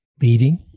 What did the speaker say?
leading